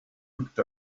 looked